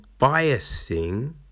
biasing